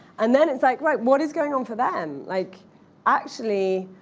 and then it's like, right, what is going on for them? like actually,